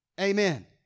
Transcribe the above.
Amen